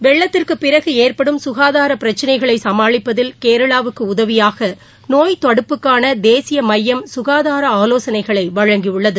வெள்ளத்திற்கு பிறகு ஏற்படும் சுகாதாரப் பிரக்சினைகளை சமாளிப்பதில் கேரளாவுக்கு உதவியாக நோய் தடுப்புக்கான தேசிய மையம் சுகாதார ஆலோசனைகளை வழங்கியுள்ளது